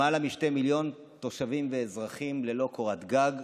למעלה מ-2 מיליון תושבים ואזרחים ללא קורת גג.